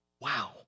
Wow